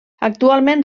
actualment